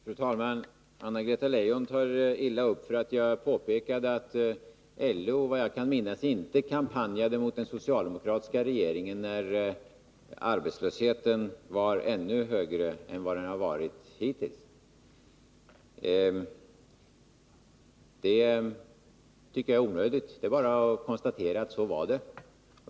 Fru talman! Anna-Greta Leijon tog illa upp därför att jag påpekade att LO, efter vad jag kan minnas, inte kampanjade mot den socialdemokratiska regeringen när arbetslösheten var högre än den någonsin varit. Det tycker jag är onödigt. Det är bara att konstatera att det var så.